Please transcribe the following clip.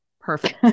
perfect